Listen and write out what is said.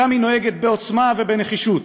שם היא נוהגת בעוצמה ובנחישות.